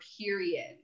period